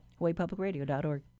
hawaiipublicradio.org